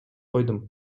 койдум